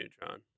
Neutron